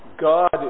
God